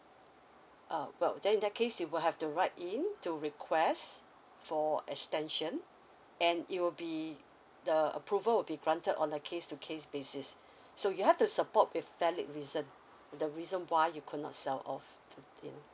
uh well then in that case you will have to write in to request for extension and it will be the approval will be granted on a case to case basis so you have to support with valid reason the reason why you cannot sell off